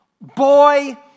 boy